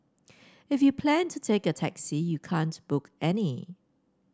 if you plan to take a taxi you can't book any